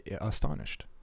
astonished